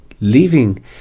leaving